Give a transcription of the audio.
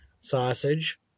sausage